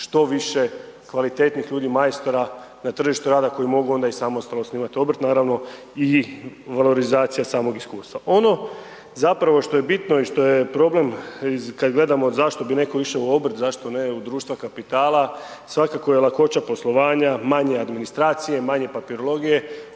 što više kvalitetnih ljudi, majstora na tržištu rada koji mogu onda i samostalno osnivati obrt. Naravno i valorizacija samog iskustva. Ono zapravo što je bitno i što je problem kad gledamo zašto bi netko išao u obrt, zašto ne u društva kapitala, svakako je lakoća poslovanja, manje administracije, manje papirologije,